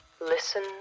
Listen